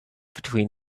between